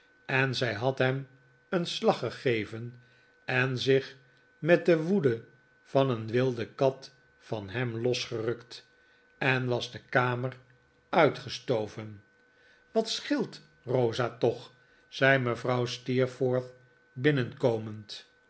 en zij had hem een slag gegeven en zich met de woede van een wilde kat van hem losgerukt en was de kamer uitgestoven wat scheelt rosa toch zei mevrouw steerforth binnenkomend